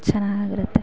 ಚೆನ್ನಾಗಿರುತ್ತೆ